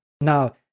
Now